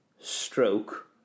Stroke